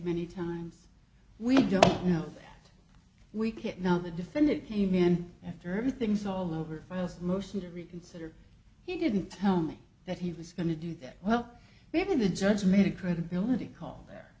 many times we don't know we can't know the defendant came in after everything's all over for us motion to reconsider he didn't tell me that he was going to do that well we haven't the judge made a credibility call there